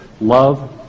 love